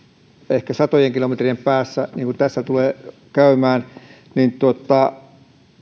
ehkä satojen kilometrien päässä niin kuin tässä tulee käymään